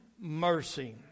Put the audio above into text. mercy